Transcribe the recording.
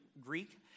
Greek